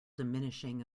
diminishing